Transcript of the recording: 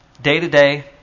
day-to-day